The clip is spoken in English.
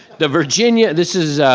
the virginia, this is.